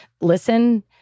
listen